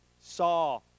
saw